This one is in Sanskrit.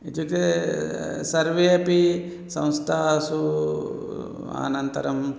इत्युक्ते सर्वे अपि संस्थासु आनन्तरम्